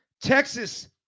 Texas